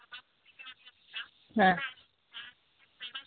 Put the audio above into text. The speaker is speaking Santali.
ᱦᱮᱸ